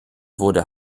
wurde